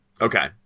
Okay